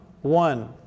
one